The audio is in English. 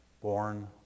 born